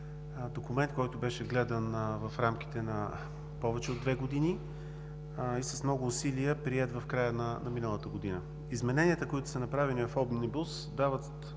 документ, който беше гледан в рамките на повече от две години и с много усилия бе приет в края на миналата година. Измененията, които са направени в „Омнибус“, дават